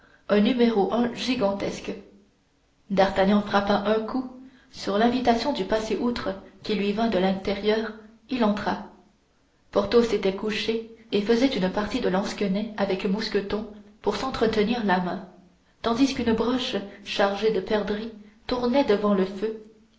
un gigantesque d'artagnan frappa un coup et sur l'invitation de passer outre qui lui vint de l'intérieur il entra porthos était couché et faisait une partie de lansquenet avec mousqueton pour s'entretenir la main tandis qu'une broche chargée de perdrix tournait devant le feu